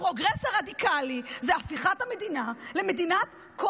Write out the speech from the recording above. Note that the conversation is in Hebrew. הפרוגרס הרדיקלי הוא הפיכת המדינה למדינת כל